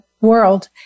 world